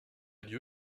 lieu